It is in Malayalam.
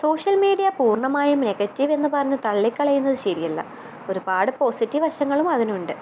സോഷ്യൽ മീഡ്യ പൂർണ്ണമായും നെഗറ്റീവ് എന്ന് പറഞ്ഞ് തള്ളിക്കളയുന്നത് ശരിയല്ല ഒരുപാട് പോസിറ്റീവ് വശങ്ങളും അതിനുണ്ട്